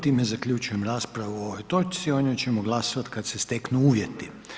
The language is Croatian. Time zaključujem raspravu o ovoj točci, o njoj ćemo glasovati kad se steknu uvjeti.